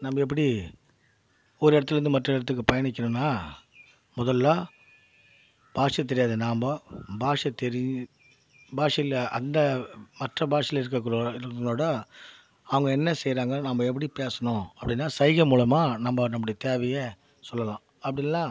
நம்ம எப்படி ஒரு இடத்துலேருந்து மற்ற இடத்துக்கு பயணிக்கணும்னா முதல்ல பாஷை தெரியாத நாம் பாஷை தெரி பாஷையிலே அந்த மற்ற பாஷையில இருக்கிற இருக்குகளோட இருக்கிறவங்களோட அவங்க என்ன செய்கிறாங்க நம்ம எப்படி பேசணும் அப்படின்னா சைகை மூலமாக நம்ம நம்முடைய தேவையை சொல்லலாம் அப்படியில்லனா